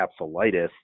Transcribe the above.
capsulitis